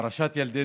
פרשת ילדי